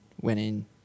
winning